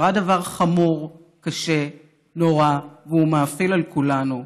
קרה דבר חמור, קשה, נורא, והוא מאפיל על כולנו.